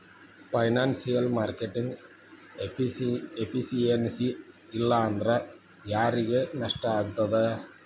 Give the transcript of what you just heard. Financial marketing efficiency ಇಲ್ಲಾಂದ್ರ ಯಾರಿಗ್ ನಷ್ಟಾಗ್ತದ?